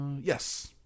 yes